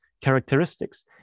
characteristics